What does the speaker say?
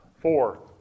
Four